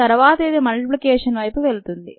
తరువాత ఇది మల్టిప్లికేషన్ వైపు వెళ్తుంది